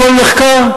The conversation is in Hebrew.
הכול נחקר.